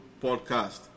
Podcast